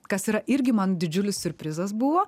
kas yra irgi man didžiulis siurprizas buvo